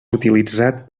utilitzat